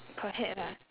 per head ah